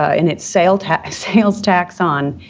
and it's sales tax, sales tax on,